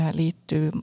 liittyy